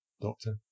Doctor